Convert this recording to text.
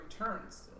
returns